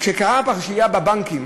כשקרתה הפרשייה בבנקים,